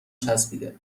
چسبیده